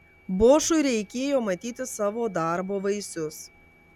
bošui reikėjo matyti savo darbo vaisius